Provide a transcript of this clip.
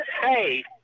Hey